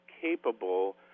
capable